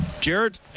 Jared